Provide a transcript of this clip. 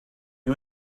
you